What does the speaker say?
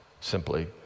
simply